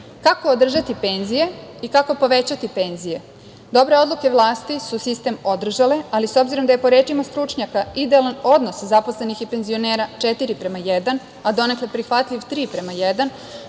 održati penzije i kako povećati penzije? Dobre odluke vlasti su sistem održale, ali s obzirom da je, po rečima stručnjaka, idealan odnos zaposlenih i penzionera 4:1, a donekle prihvatljiv 3:1,